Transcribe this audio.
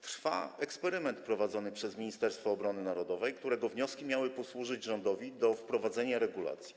Trwa eksperyment prowadzony przez Ministerstwo Obrony Narodowej, którego wnioski miały posłużyć rządowi do wprowadzenia regulacji.